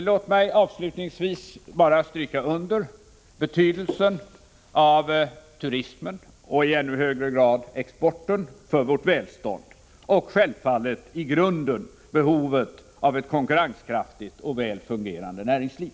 Låt mig avslutningsvis stryka under betydelsen för vårt välstånd av turismen och i ännu högre grad exporten samt självfallet i grunden behovet av ett konkurrenskraftigt och väl fungerande näringsliv.